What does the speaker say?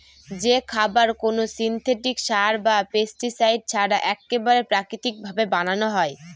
যে খাবার কোনো সিনথেটিক সার বা পেস্টিসাইড ছাড়া এক্কেবারে প্রাকৃতিক ভাবে বানানো হয়